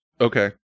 Okay